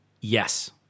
yes